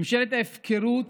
ממשלת ההפקרות